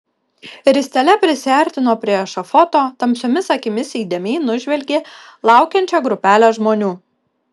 ristele prisiartino prie ešafoto tamsiomis akimis įdėmiai nužvelgė laukiančią grupelę žmonių